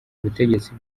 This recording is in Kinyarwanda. ubutegetsi